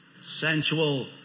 sensual